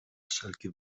wszelki